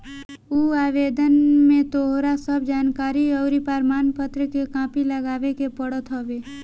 उ आवेदन में तोहार सब जानकरी अउरी प्रमाण पत्र के कॉपी लगावे के पड़त हवे